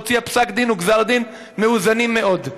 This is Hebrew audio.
והוציאה פסק-דין וגזר-דין מאוזנים מאוד.